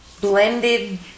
blended